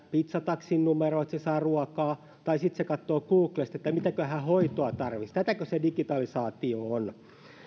pitsataksin numeron että hän saa ruokaa tai hän katsoo googlesta mitäköhän hoitoa tarvitsisi tätäkö se digitalisaatio on